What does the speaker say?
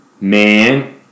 man